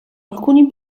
alcuni